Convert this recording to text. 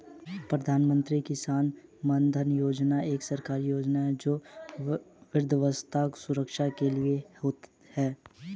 प्रधानमंत्री किसान मानधन योजना एक सरकारी योजना है जो वृद्धावस्था सुरक्षा के लिए है